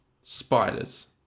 spiders